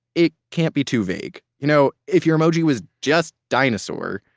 it can't be too vague. you know, if your emoji was just dinosaur,